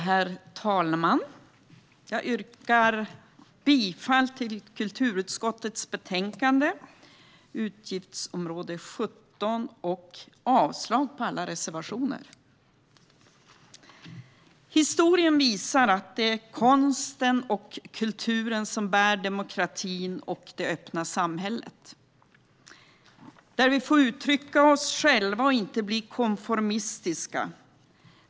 Herr talman! Jag yrkar bifall till utskottets förslag i betänkandet om utgiftsområde 17 och avslag på alla reservationer. Historien visar att det är konsten och kulturen som bär demokratin och det öppna samhället, där vi får uttrycka oss själva och inte bli konformistiska.